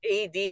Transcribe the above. AD